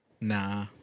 Nah